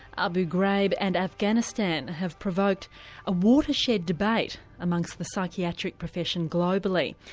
abu ghraib and afghanistan have provoked a watershed debate amongst the psychiatric profession globally.